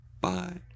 Bye